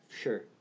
Sure